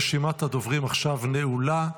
רשימת הדוברים עכשיו נעולה.